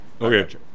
Okay